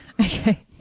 Okay